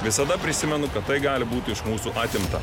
visada prisimenu kad tai gali būti iš mūsų atimta